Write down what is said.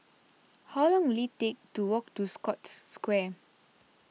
how long will it take to walk to Scotts Square